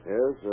Yes